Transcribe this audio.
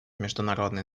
международный